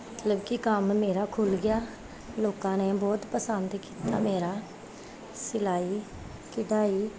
ਮਤਲਬ ਕਿ ਕੰਮ ਮੇਰਾ ਖੁੱਲ੍ਹ ਗਿਆ ਲੋਕਾਂ ਨੇ ਬਹੁਤ ਪਸੰਦ ਕੀਤਾ ਮੇਰਾ ਸਿਲਾਈ ਕਢਾਈ